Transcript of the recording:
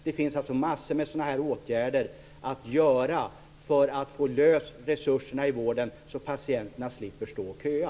Det finns massor av sådana här åtgärder att vidta för att få loss resurserna i vården så att patienterna slipper stå och köa.